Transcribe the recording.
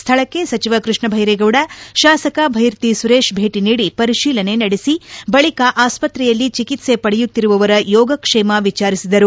ಸ್ಥಳಕ್ಕೆ ಸಚಿವ ಕೃಷ್ಣ ಬೈರೇಗೌಡ ಶಾಸಕ ಬೈರತಿ ಸುರೇಶ್ ಬೇಟಿ ನೀಡಿ ಪರಿಶೀಲನೆ ನಡೆಸಿ ಬಳಿಕ ಆಸ್ಪತ್ತೆಯಲ್ಲಿ ಚಿಕಿತ್ಸೆ ಪಡೆಯುತ್ತಿರುವವರ ಯೋಗಕ್ಷೇಮ ವಿಚಾರಿಸಿದರು